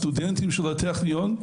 סטודנטים של הטכניון,